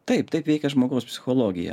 taip taip veikia žmogaus psichologija